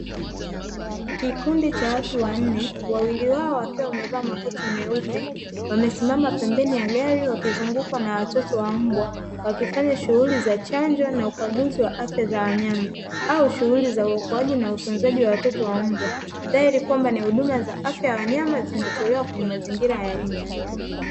Kikundi cha watu wanne wawili wao wakiwa wamevaa makoti meupe wamesimama pembeni ya gari wakizungukwa na watoto wa mbwa, wakifanya shughuli za chanjo na ukaguzi wa afya za wanyama au shughuli za uokoaji na utunzaji wa watoto wa mbwa, dhahiri kwamba ni huduma za afya ya wanyama zinatolewa kwenye mazingira ya nje.